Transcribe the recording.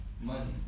Money